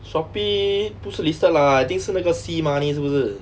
Shopee 不是 listed lah I think 是那个 sea money 是不是